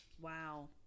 Wow